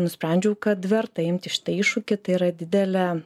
nusprendžiau kad verta imti štai iššūkį tai yra didelė